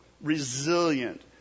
resilient